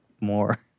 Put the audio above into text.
more